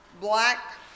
black